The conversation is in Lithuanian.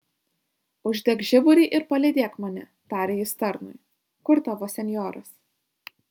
uždek žiburį ir palydėk mane tarė jis tarnui kur tavo senjoras